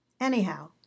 Anyhow